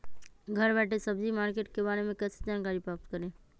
घर बैठे सब्जी मार्केट के बारे में कैसे जानकारी प्राप्त करें?